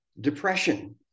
depression